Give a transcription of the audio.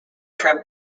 trip